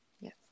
Yes